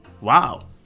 Wow